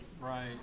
Right